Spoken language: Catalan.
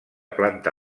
planta